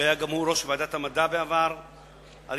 התרבות והספורט,